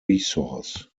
resource